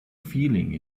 feeling